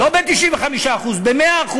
לא ב-95%, ב-100%,